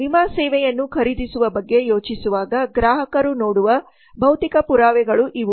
ವಿಮಾ ಸೇವೆಯನ್ನು ಖರೀದಿಸುವ ಬಗ್ಗೆ ಯೋಚಿಸುವಾಗ ಗ್ರಾಹಕರು ನೋಡುವ ಭೌತಿಕ ಪುರಾವೆಗಳು ಇವು